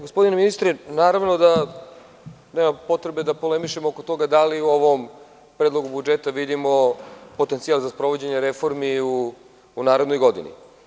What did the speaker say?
Gospodine ministre, naravno da nema potrebe da polemišemo oko toga da li u ovom predlogu budžeta vidimo potencijal za sprovođenje reformi u narednoj godini.